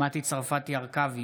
מטי צרפתי הרכבי,